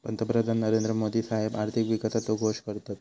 पंतप्रधान नरेंद्र मोदी साहेब आर्थिक विकासाचो घोष करतत